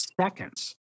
seconds